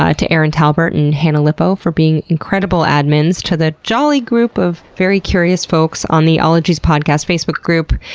ah to erin talbert and hannah lipow for being incredible admins to the jolly group of very curious folks on the ologies podcast facebook group.